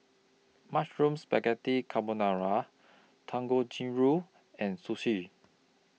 Mushroom Spaghetti Carbonara Dangojiru and Sushi